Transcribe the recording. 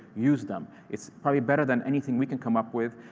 use them. it's probably better than anything we can come up with.